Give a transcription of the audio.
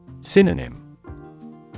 Synonym